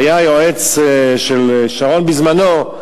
שהיה היועץ של שרון בזמנו,